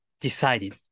decided